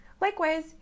Likewise